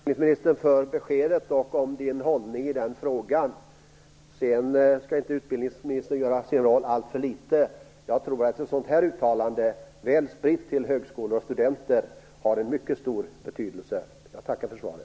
Fru talman! Jag tackar utbildningsministern för beskedet och för hållningen i frågan. Utbildningsministern skall emellertid inte göra sin roll alltför liten. Jag tror nämligen att hans uttalande, väl spritt till högskolor och studenter, har en mycket stor betydelse. Jag tackar för svaret.